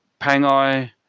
Pangai